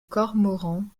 cormorans